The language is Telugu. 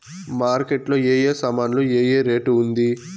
మార్కెట్ లో ఏ ఏ సామాన్లు ఏ ఏ రేటు ఉంది?